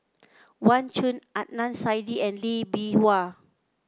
Wang Chunde Adnan Saidi and Lee Bee Wah